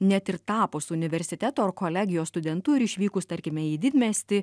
net ir tapus universiteto ar kolegijos studentu ir išvykus tarkime į didmiestį